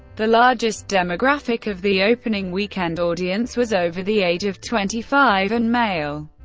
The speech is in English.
the largest demographic of the opening weekend audience was over the age of twenty five and male.